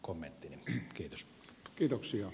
kommentti kiitos kiitoksia